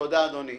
תודה, אדוני.